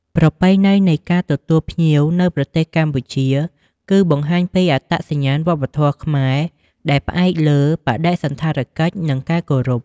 ប្រពៃណីនៃការទទួលភ្ញៀវនៅប្រទេសកម្ពុជា គឺ បង្ហាញពីអត្តសញ្ញាណវប្បធម៌ខ្មែរដែលផ្អែកលើ បដិសណ្ឋារកិច្ច និងការគោរព។